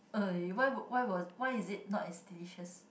uh why would why was why is it not as delicious